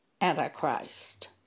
Antichrist